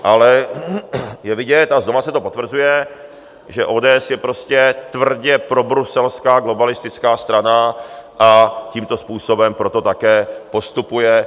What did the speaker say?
Ale je vidět a znovu se to potvrzuje, že ODS je prostě tvrdě probruselská globalistická strana, a tímto způsobem proto také postupuje.